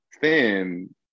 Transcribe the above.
thin